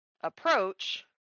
approach